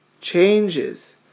Changes